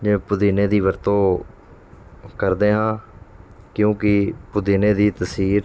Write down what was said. ਜਿਵੇਂ ਪੁਦੀਨੇ ਦੀ ਵਰਤੋਂ ਕਰਦੇ ਹਾਂ ਕਿਉਂਕਿ ਪੁਦੀਨੇ ਦੀ ਤਸੀਰ